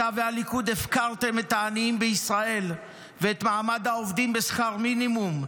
אתה והליכוד הפקרתם את העניים בישראל ואת מעמד העובדים בשכר מינימום,